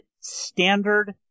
standard